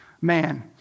man